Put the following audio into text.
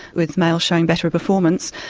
with males showing better performance.